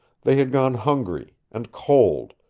they had gone hungry, and cold,